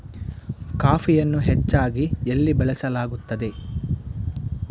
ಕಾಫಿಯನ್ನು ಹೆಚ್ಚಾಗಿ ಎಲ್ಲಿ ಬೆಳಸಲಾಗುತ್ತದೆ?